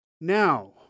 Now